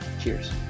Cheers